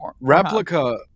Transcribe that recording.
replica